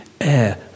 air